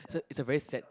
so is a very sad